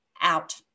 out